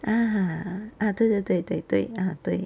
ah ah 对对对对对对